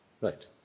Right